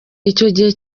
gihe